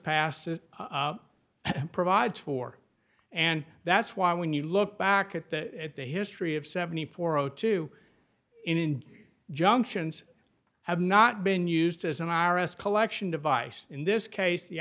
passes provides for and that's why when you look back at that the history of seventy four o two in junctions have not been used as an i r s collection device in this case the